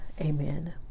Amen